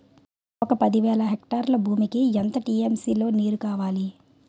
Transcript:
ఒక పది వేల హెక్టార్ల భూమికి ఎన్ని టీ.ఎం.సీ లో నీరు కావాలి?